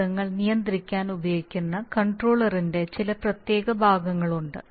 പദങ്ങൾ നിയന്ത്രിക്കാൻ ഉപയോഗിക്കുന്ന കൺട്രോളറിന്റെ ചില പ്രത്യേക ഭാഗങ്ങളുണ്ട്